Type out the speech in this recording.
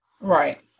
Right